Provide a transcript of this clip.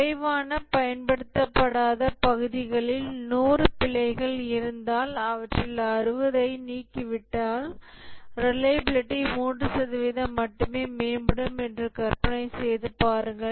குறைவான பயன்படுத்தப்படாத பகுதிகளில் நூறு பிழைகள் இருந்தால் அவற்றில் 60 ஐ நீக்கிவிட்டால் ரிலையபிலிடி 3 சதவிகிதம் மட்டுமே மேம்படும் என்று கற்பனை செய்து பாருங்கள்